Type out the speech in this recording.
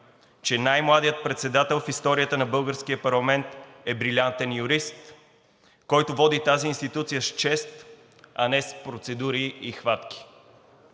че най-младият председател в историята на българския парламент е брилянтен юрист, който води тази институция с чест, а не с процедури и хватки.